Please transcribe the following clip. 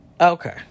Okay